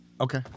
Okay